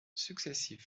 successives